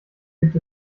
gibt